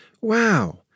Wow